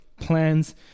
plans